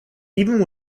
even